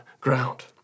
ground